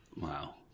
Wow